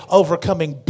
overcoming